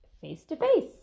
face-to-face